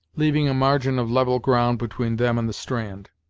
leaving a margin of level ground between them and the strand.